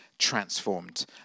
transformed